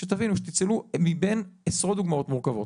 שתבינו, מבין עשרות דוגמאות מורכבות.